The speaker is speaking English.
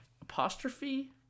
apostrophe